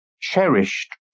cherished